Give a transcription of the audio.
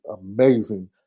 amazing